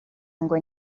ngo